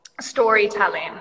storytelling